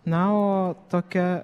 na o tokia